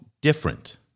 different